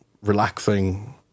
relaxing